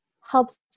helps